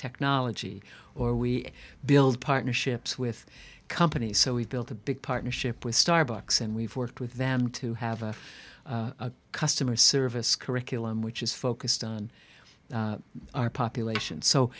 technology or we build partnerships with companies so we've built a big partnership with starbucks and we've worked with them to have a customer service curriculum which is focused on our population so